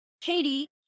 Katie